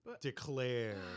declare